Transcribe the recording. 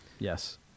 Yes